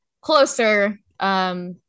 closer